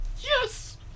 Yes